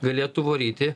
galėtų varyti